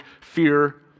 fear